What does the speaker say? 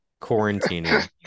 Quarantining